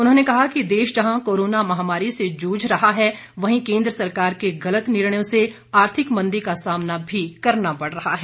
उन्होंने कहा कि देश जहां कोरोना महामारी से जूझ रहा है वहीं केन्द्र सरकार के गलत निर्णयों से आर्थिक मंदी का सामना भी करना पड़ रहा है